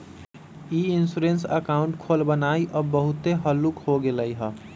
ई insurance account खोलबनाइ अब बहुते हल्लुक हो गेलइ ह